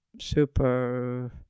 super